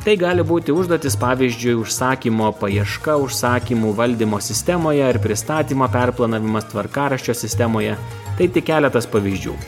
tai gali būti užduotys pavyzdžiui užsakymo paieška užsakymų valdymo sistemoje ar pristatymo perplanavimas tvarkaraščio sistemoje tai tik keletas pavyzdžių